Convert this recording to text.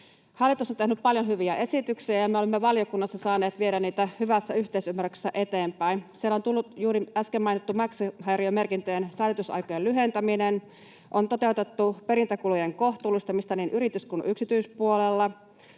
Hallitus on tehnyt paljon hyviä esityksiä, ja me olemme valiokunnassa saaneet viedä niitä hyvässä yhteisymmärryksessä eteenpäin. Siellä on tullut juuri äsken mainittu maksuhäiriömerkintöjen säilytysaikojen lyhentäminen, on toteutettu perintäkulujen kohtuullistamista niin yritys‑ kuin yksityispuolella,